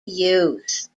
use